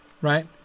right